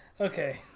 Okay